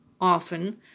often